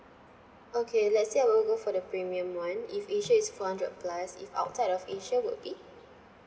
okay let's say I wanna go for the premium one if asia is four hundred plus if outside of asia would be